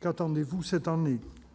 Qu'attendez-vous ?